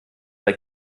bei